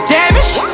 damaged